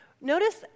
Notice